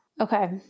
Okay